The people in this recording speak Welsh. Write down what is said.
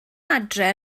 adre